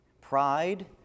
Pride